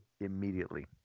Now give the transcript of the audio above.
immediately